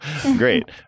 great